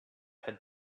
had